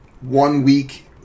one-week